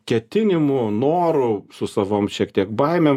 ketinimu noru su savom šiek tiek baimėm